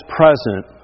present